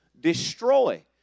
Destroy